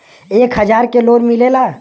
एक हजार के लोन मिलेला?